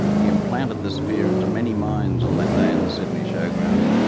he implanted this fear into many minds on that day in the sydney showground.